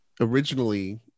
originally